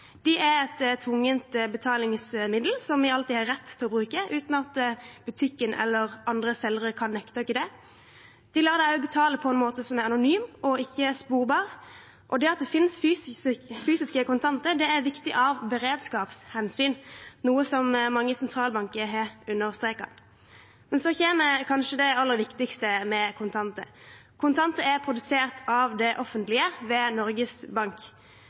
De er et tvungent betalingsmiddel som vi alltid har rett til å bruke, uten at butikken eller andre selgere kan nekte oss det. De lar deg også betale på en måte som er anonym og ikke sporbar, og det at det finnes fysiske kontanter er viktig av beredskapshensyn, noe mange sentralbanker har understreket. Men så kommer kanskje det aller viktigste med kontanter: Kontanter er produsert av det offentlige, ved Norges Bank.